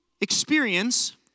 experience